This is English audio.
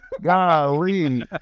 golly